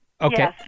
Okay